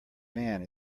man